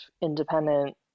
independent